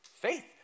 Faith